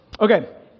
Okay